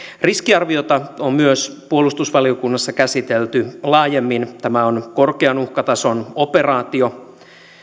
riskiarviota on myös puolustusvaliokunnassa käsitelty laajemmin tämä on korkean uhkatason operaatio